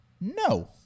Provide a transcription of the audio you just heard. no